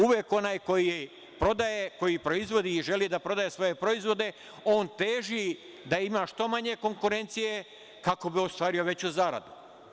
Uvek onaj koji prodaje, koji proizvodi i želi da prodaje svoje proizvode, on teži da ima što manje konkurencije, kako bi ostvario veću zaradu.